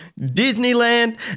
Disneyland